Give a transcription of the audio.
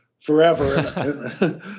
forever